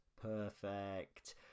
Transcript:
Perfect